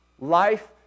Life